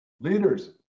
Leaders